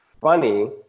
funny